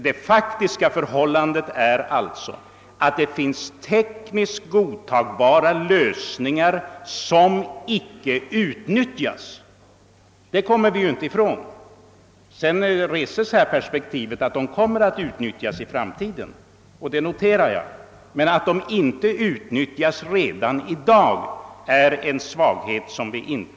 Det faktiska förhållandet är alltså att det finns tekniskt godtagbara lösningar som inte utnyttjats. — Det kommer vi inte ifrån. Sedan reses här perspektivet att dessa tekniska anordningar skall utnyttjas i framtiden, och det noterar jag. Men att de inte utnyttjas redan i dag är en svaghet.